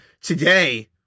Today